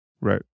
Right